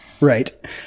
Right